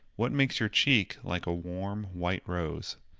what makes your cheek like a warm white rose?